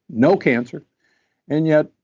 no cancer and yet,